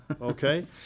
okay